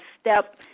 step